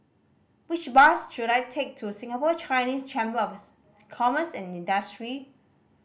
which bus should I take to Singapore Chinese Chamber of Commerce and Industry